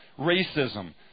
racism